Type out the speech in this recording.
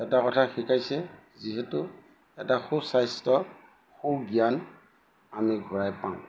এটা কথা শিকাইছে যিহেতু এটা সুস্বাস্থ্য সুজ্ঞান আমি ঘূৰাই পাওঁ